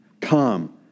Come